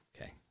Okay